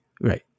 Right